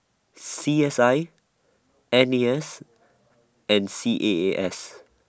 C S I N A S and C A A S